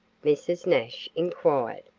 mrs. nash inquired.